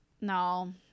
no